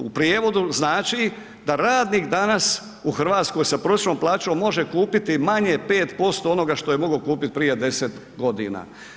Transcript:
U prijevodu znači da radnik danas u Hrvatskoj sa prosječnom plaćom može kupiti manje 5% onoga što je mogao kupiti prije 10 godina.